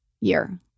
year